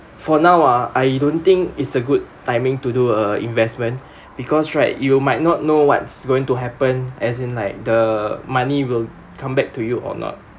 for now ah I don't think it's a good timing to do a investment because right you might not know what's going to happen as in like the money will come back to you or not